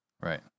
Right